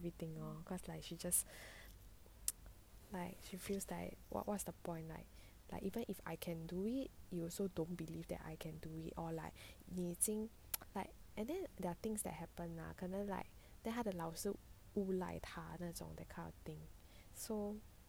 like she just she feels like what what's the point lah but even if I can do it you also don't believe that I can do it or like 你已经 like and then there are things that happened lah 可能 like then 她的老师诬赖她那种 that kind of thing so